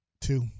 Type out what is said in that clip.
Two